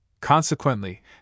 Consequently